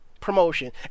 promotion